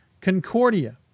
Concordia